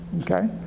okay